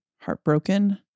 heartbroken